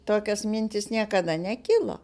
tokios mintys niekada nekilo